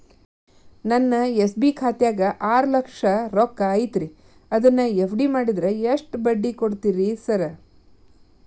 ನನ್ನ ಎಸ್.ಬಿ ಖಾತ್ಯಾಗ ಆರು ಲಕ್ಷ ರೊಕ್ಕ ಐತ್ರಿ ಅದನ್ನ ಎಫ್.ಡಿ ಮಾಡಿದ್ರ ಎಷ್ಟ ಬಡ್ಡಿ ಕೊಡ್ತೇರಿ ಸರ್?